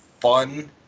fun